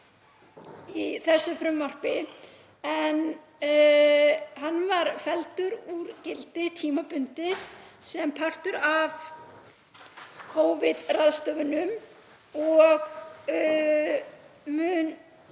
í þessu frumvarpi en hann var felldur úr gildi tímabundið sem partur af Covid-ráðstöfunum og mun